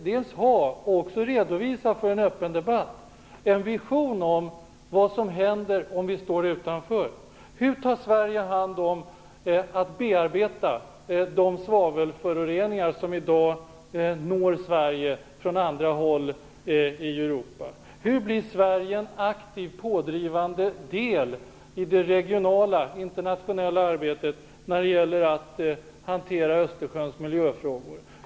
Den bör han också redovisa och föra en öppen debatt om. Hur bearbetar Sverige de svavelföroreningar som i dag når Sverige från andra håll i Europa? Hur blir Sverige en aktiv och pådrivande del i det regionala internationella arbetet när det gäller att hantera Östersjöns miljöfrågor?